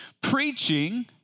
preaching